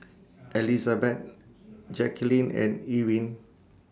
Elizabet Jacquelyn and Ewin